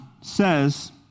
says